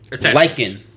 liking